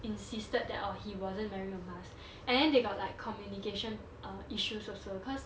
insisted that orh he wasn't wearing a mask and then they got like uh communication issues also because